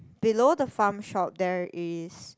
below the Farm Shop there is